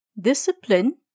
Discipline